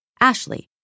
Ashley